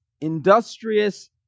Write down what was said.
industrious